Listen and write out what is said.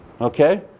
Okay